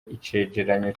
icegeranyo